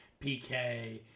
PK